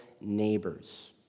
neighbors